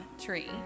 tree